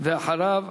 ואחריו,